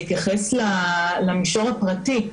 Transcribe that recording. לציבור הערבי,